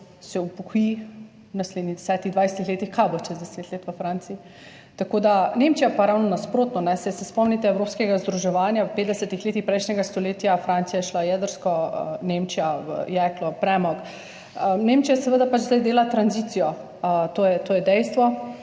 se upokoji v naslednjih 10, 20 letih. Kaj bo čez deset let v Franciji? Nemčija pa ravno nasprotno. Saj se spomnite evropskega združevanja v 50. letih prejšnjega stoletja, Francija je šla v jedrsko, Nemčija v jeklo, premog. Nemčija pa seveda zdaj dela tranzicijo. To je dejstvo.